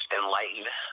enlightened